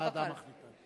אביגדור ליברמן,